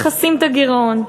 מכסים את הגירעון?